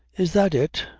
is that it?